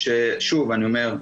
שוב אני אומר,